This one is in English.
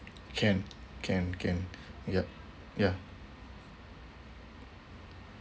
can can can yup ya